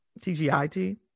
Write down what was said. T-G-I-T